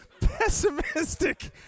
pessimistic